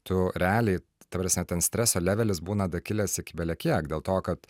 tu realiai ta prasme ten streso levelis būna dakilęs iki belekiek dėl to kad